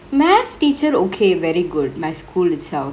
math teacher okay very good my school itself